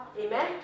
Amen